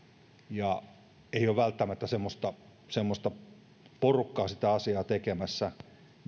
ja ei ole välttämättä semmoista semmoista porukkaa sitä asiaa tekemässä